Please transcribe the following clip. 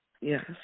Yes